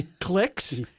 clicks